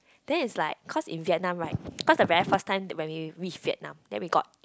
then it's like cause in Vietnam right cause the very first time when we reach Vietnam then we got